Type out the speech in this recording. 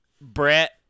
Brett